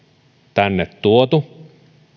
tänne tuotu